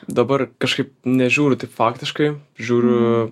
dabar kažkaip nežiūriu taip faktiškai žiūriu